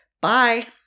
bye